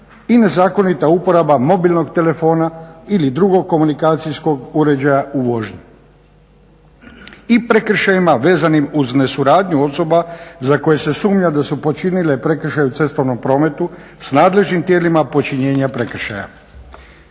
i nezakonita uporaba mobilnog telefona ili drugog komunikacijskog uređaja u vožnji. I prekršajima vezanim uz nesuradnju osoba za koje se sumnja da su počinile prekršaj u cestovnom prometu sa nadležnim tijelima počinjenja prekršaja.